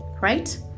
right